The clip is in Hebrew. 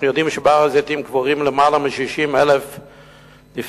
אנחנו יודעים שבהר-הזיתים קבורים למעלה מ-60,000 נפטרים,